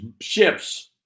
ships